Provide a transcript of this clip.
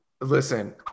listen